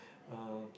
uh